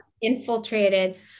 infiltrated